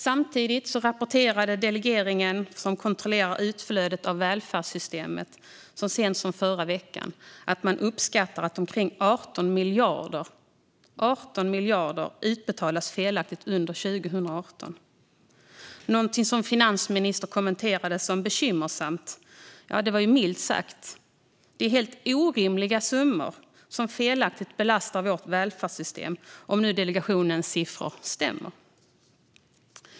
Samtidigt rapporterade så sent som förra veckan delegationen som kontrollerar utflödet ur välfärdsystemet att man uppskattar att omkring 18 miljarder utbetalades felaktigt under 2018 - någonting som finansministern kommenterade som bekymmersamt. Ja, det var ju milt sagt. Det är helt orimliga summor som felaktigt belastar vårt välfärdssystem, om nu delegationens siffror stämmer.